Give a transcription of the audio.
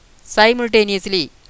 simultaneously